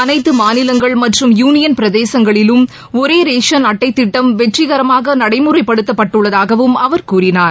அனைத்து மாநிலங்கள் மற்றம் யூனியன் பிரதேசங்களிலும் ஒரே ரேஷன் அட்டை திட்டம் வெற்றிகரமாக நடைமுறைப்படுத்தப்பட்டுள்ளதாகவும் அவர் கூறினார்